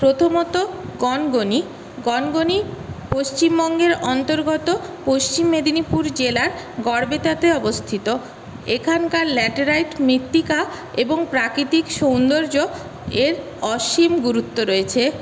প্রথমত গনগনি গনগনি পশিমবঙ্গের অন্তর্গত পশ্চিম মেদিনীপুর জেলার গড়বেতাতে অবস্থিত এখানকার ল্যাটেরাইট মৃত্তিকা এবং প্রাকৃতিক সৌন্দর্য্যের অসীম গুরুত্ব রয়েছে